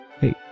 Hey